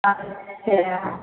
अच्छा